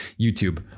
YouTube